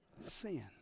Sin